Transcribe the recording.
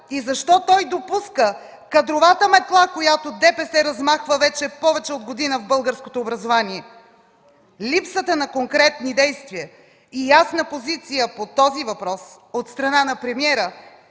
и защо той допуска кадровата метла, която ДПС размахва вече повече от година в българското образование? Липсата на конкретни действия и ясна позиция по този въпрос от страна на премиера